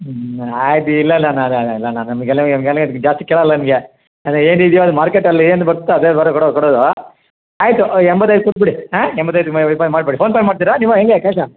ಇಲ್ಲ ಆಯಿತು ಇಲ್ಲಲ್ಲಣ್ಣ ಅದೆಲ್ಲ ಇಲ್ಲಣ್ಣ ನಮಗೆಲ್ಲ ನಿಮಗೆಲ್ಲ ಇದಕ್ಕೆ ಜಾಸ್ತಿ ಕೇಳೋಲ್ಲ ನಿಮಗೆ ಅಲ್ಲಿ ಏನಿದೆಯೋ ಅದು ಮಾರ್ಕೆಟಲ್ಲಿ ಏನು ಬರುತ್ತೋ ಅದೇ ಬರೋ ಕೊಡ ಕೊಡೋದು ಆಯಿತು ಎಂಬತ್ತೈದು ಕೊಟ್ಟುಬಿಡಿ ಹಾಂ ಎಂಬತ್ತೈದು ಮಾ ರೂಪಾಯಿ ಮಾಡಿಬಿಡಿ ಫೋನ್ಪೇ ಮಾಡ್ತೀರಾ ನೀವು ಹೇಗೆ ಕ್ಯಾಶಾ